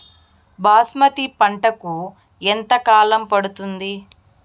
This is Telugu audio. బాస్మతి పంటకు ఎంత కాలం పడుతుంది?